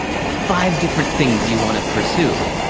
five different things you wanna pursue.